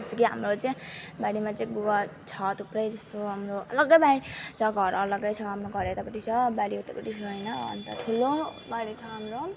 जस्तो कि हाम्रो चाहिँ बारीमा चाहिँ गुवा छ थुप्रै जस्तो हाम्रो अलगै बारी छ घर अलगै छ हाम्रो यतापट्टि छ बारी यतापट्टि छ होइन अन्त ठुलो बारी छ हाम्रो